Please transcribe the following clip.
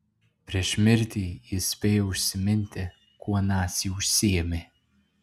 prieš mirtį jis spėjo užsiminti kuo naciai užsiėmė